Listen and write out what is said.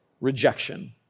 rejection